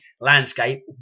landscape